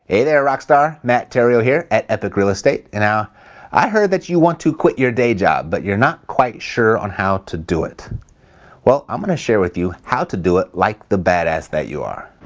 hey there rockstar. matt theriault here at epic real estate. and now i heard that you want to quit your day job but you're not quite sure on how to do it well i'm going to share with you how to do it like the badass that you are.